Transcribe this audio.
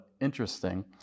interesting